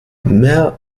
mehr